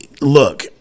look